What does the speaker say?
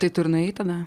tai tu ir nuėjai tada